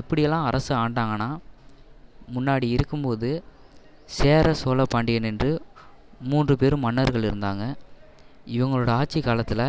எப்படியெல்லாம் அரசு ஆண்டாங்கன்னா முன்னாடி இருக்கும் போது சேர சோழ பாண்டியன் என்று மூன்று பெரும் மன்னர்கள் இருந்தாங்க இவங்களோட ஆட்சி காலத்தில்